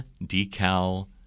DECAL